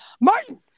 martin